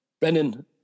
Brennan